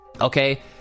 Okay